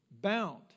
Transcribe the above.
bound